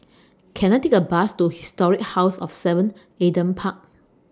Can I Take A Bus to Historic House of seven Adam Park